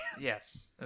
Yes